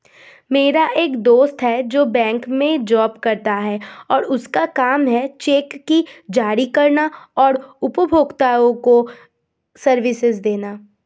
मेरा एक दोस्त है जो बैंक में जॉब करता है और उसका काम है चेक को जारी करना और उपभोक्ताओं को सर्विसेज देना